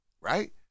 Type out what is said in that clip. right